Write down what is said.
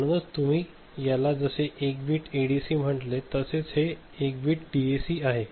म्हणूनच तुम्ही याला जसे 1 बिट एडीसी म्हंटले तसेच हे 1 बिट डीएसी आहे